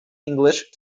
english